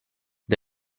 the